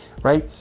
Right